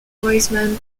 wiseman